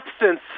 absence